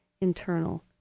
internal